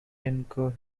incur